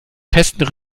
festen